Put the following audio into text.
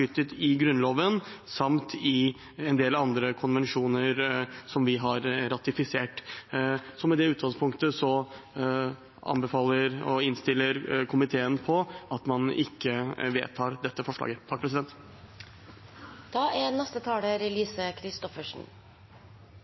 i Grunnloven samt i en del andre konvensjoner som vi har ratifisert. Med det utgangspunktet anbefaler komiteen at man ikke vedtar dette representantforslaget. Takk